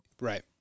Right